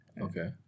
Okay